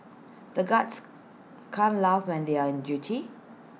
the guards can't laugh when they are on duty